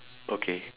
okay